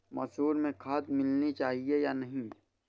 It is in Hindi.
मसूर में खाद मिलनी चाहिए या नहीं?